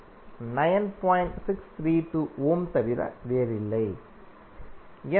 632 ஓம் தவிர வேறில்லை